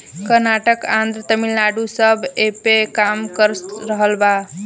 कर्नाटक, आन्द्रा, तमिलनाडू सब ऐइपे काम कर रहल बा